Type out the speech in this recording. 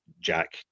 Jack